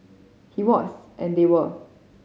he was and they were